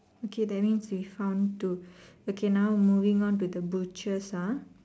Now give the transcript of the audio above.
okay that means we found two okay now moving on to the butchers ah